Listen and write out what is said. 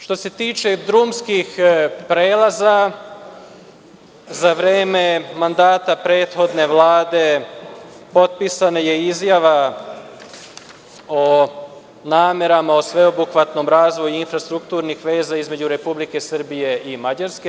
Što se tiče drumskih prelaza, za vreme mandata prethodne vlade potpisana je izjava o namerama, o sveobuhvatnom razvoju infrastrukturnih veza između Republike Srbije i Mađarske.